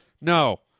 No